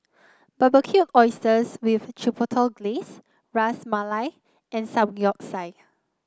Barbecued Oysters with Chipotle Glaze Ras Malai and Samgyeopsal